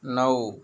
नऊ